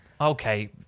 Okay